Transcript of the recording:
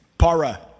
Para